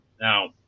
Now